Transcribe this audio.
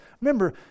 Remember